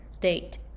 date